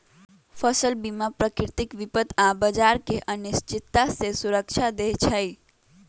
फसल बीमा प्राकृतिक विपत आऽ बाजार के अनिश्चितता से सुरक्षा देँइ छइ